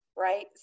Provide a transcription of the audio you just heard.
Right